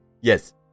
Yes